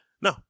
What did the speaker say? No